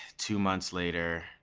two months later